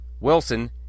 Wilson